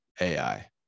ai